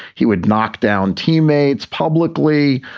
he would knock down teammates publicly.